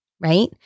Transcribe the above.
right